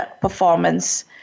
performance